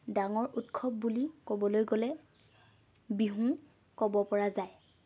ডাঙৰ উৎসৱ বুলি ক'বলৈ গ'লে বিহু ক'ব পৰা যায়